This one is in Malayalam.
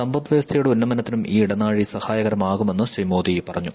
സമ്പദ് വ്യവസ്ഥയുടെ ഉന്നമനത്തിനും ഈ ഇടനാഴി സഹായകമാകുമെന്ന് ശ്രീ മോദി പറഞ്ഞു